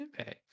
Okay